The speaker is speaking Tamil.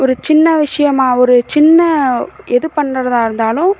ஒரு சின்ன விஷயமா ஒரு சின்ன எது பண்ணுறதா இருந்தாலும்